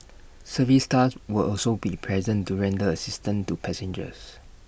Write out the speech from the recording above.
service staff will also be present to render assistance to passengers